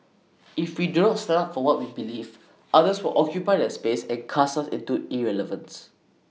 if we do not stand up for what we believe others will occupy that space and cast us into irrelevance